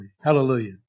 Hallelujah